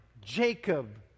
Jacob